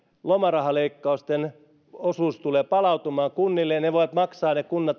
lomarahaleikkausten osuus tulee palautumaan kunnille ja ne voivat maksaa